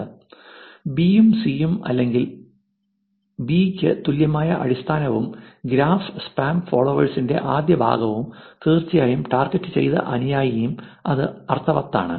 B യും C യും അല്ലെങ്കിൽ B യ്ക്ക് തുല്യമായ അടിസ്ഥാനവും ഗ്രാഫ് സ്പാം ഫോളോവേഴ്സിന്റെ ആദ്യ ഭാഗവും തീർച്ചയായും ടാർഗെറ്റുചെയ്ത അനുയായിയും അത് അർത്ഥവത്താണ്